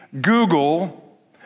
Google